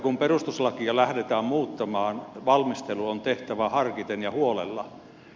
kun perustuslakia lähdetään muuttamaan valmistelu on tehtävä harkiten ja huolella